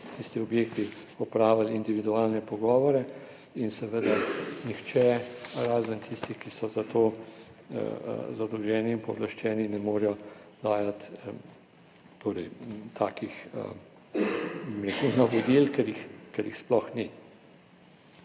tistih objektih, opravili individualne pogovore, in seveda nihče, razen tistih, ki so za to zadolženi in pooblaščeni, ne more dajati takih, bom rekel, navodil, ker jih sploh ni.